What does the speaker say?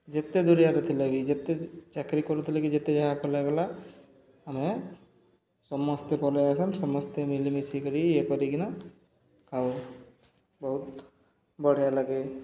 ଯେତେ ଦୁରିଆରେ ଥିଲା ବି ଯେତେ ଚାକିରି କରୁଥିଲେ କି ଯେତେ ଯାହା କଲଗଲା ଆମେ ସମସ୍ତେ ପଲେଇ ଆସନ ସମସ୍ତେ ମିଲିମିଶିକରି ଇଏ କରିକିନା ଖାଉ ବହୁତ ବଢ଼ିଆ ଲାଗେ